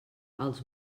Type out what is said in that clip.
els